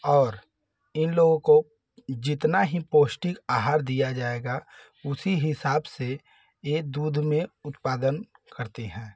और इन लोगों को जितना ही पौष्टिक आहार दिया जाएगा उसी हिसाब से यह दूध में उत्पादन करते हैं